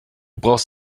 brauchst